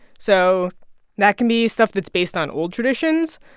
so that can be stuff that's based on old traditions.